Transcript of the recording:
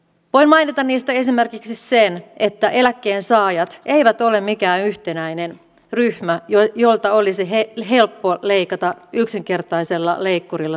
voin mainita niistä esimerkiksi sen että eläkkeensaajat eivät ole mikään yhtenäinen ryhmä jolta olisi helppo leikata yksinkertaisella leikkurilla saman verran